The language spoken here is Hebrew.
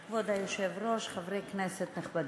כבוד היושב-ראש, חברי כנסת נכבדים,